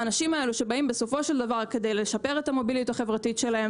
האנשים האלו שבאים בסופו של דבר כדי לשפר את המוביליות החברתית שלהם